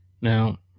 Now